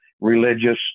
religious